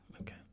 Okay